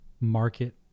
market